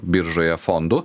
biržoje fondų